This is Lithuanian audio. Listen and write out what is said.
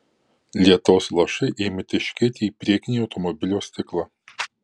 lietaus lašai ėmė teškėti į priekinį automobilio stiklą